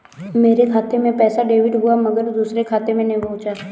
मेरे खाते से पैसा डेबिट हुआ मगर दूसरे खाते में नहीं पंहुचा